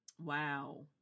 Wow